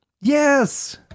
Yes